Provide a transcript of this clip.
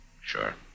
Sure